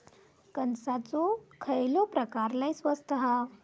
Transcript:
कणसाचो खयलो प्रकार लय स्वस्त हा?